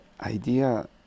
idea